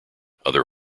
other